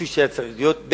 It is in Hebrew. כפי שהיה צריך להיות,